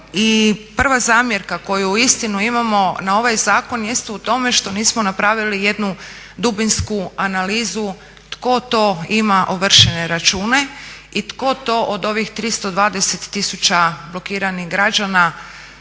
prva zamjerka koju uistinu imamo na ovaj zakon jeste u tome što nismo napravili jednu dubinsku analizu tko to ima ovršene račune i tko od ovih 320 000 blokiranih građana